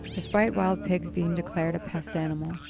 despite wild pigs being declared a pest animal,